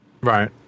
Right